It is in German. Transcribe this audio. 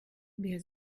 wer